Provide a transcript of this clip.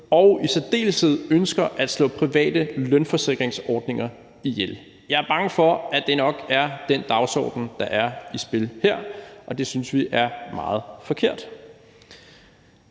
som i særdeleshed ønsker at slå private lønforsikringsordninger ihjel. Jeg er bange for, at det nok er den dagsorden, der er i spil her, og det synes vi er meget forkert.